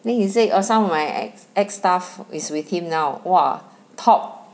then he say err some of my ex ex staff is with him now !wah! top